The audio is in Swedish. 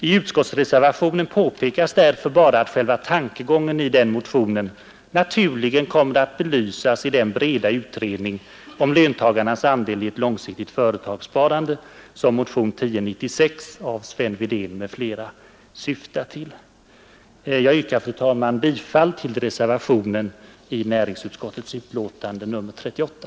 I utskottsreservationen påpekas därför bara att själva tankegången i den motionen naturligen kommer att belysas i den breda utredning om löntagarnas andel i ett långsiktigt företagssparande, som motionen 1096 av Sven Wedén m.fl. syftar till. Jag yrkar, fru talman, bifall till reservationen i näringsutskottets betänkande nr 38.